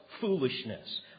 foolishness